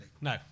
No